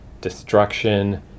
destruction